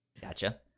Gotcha